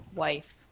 wife